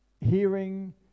hearing